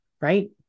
right